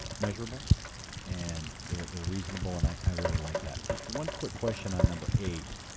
measurable and they're they're reasonable and i really like that. just one quick question on number eight.